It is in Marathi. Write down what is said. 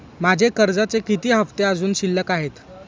माझे कर्जाचे किती हफ्ते अजुन शिल्लक आहेत?